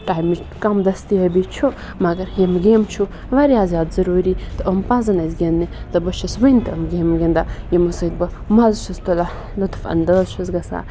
چاہے مے کَم دٔستِٲبی چھُ مگر ییٚمہِ گیمہٕ چھُ واریاہ زیادٕ ضٔروٗری تہٕ یِم پَزَن اَسہِ گِنٛدنہِ تہٕ بہٕ چھَس وٕنۍ تہٕ یِم گیمہٕ گِنٛدان یِمو سۭتۍ بہٕ مَزٕ چھُس تُلان لُطف اَنداز چھس گژھان